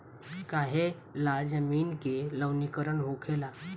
काहें ला जमीन के लवणीकरण होखेला